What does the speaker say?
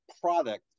product